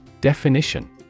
Definition